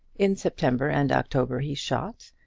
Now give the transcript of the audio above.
in september and october he shot,